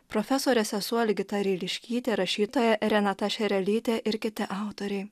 profesorė sesuo ligita ryliškytė rašytoja renata šerelytė ir kiti autoriai